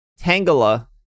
Tangela